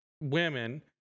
women